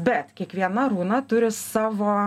bet kiekviena runa turi savo